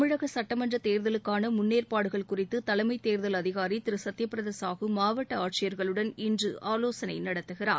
தமிழக சுட்டமன்ற தேர்தலுக்கான முன்னேற்பாடுகள் குறித்து தலைமைத் தேர்தல் அதிகாரி திரு சத்யபிரதா சாஹு மாவட்ட ஆட்சியர்களுடன் இன்று ஆலோசனை நடத்துகிறார்